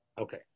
Okay